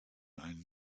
einen